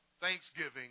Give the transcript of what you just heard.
thanksgiving